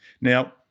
Now